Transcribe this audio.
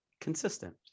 consistent